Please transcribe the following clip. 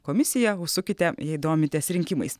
komisija užsukite jei domitės rinkimais